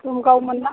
दमगाव मोनब्ला